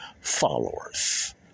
Followers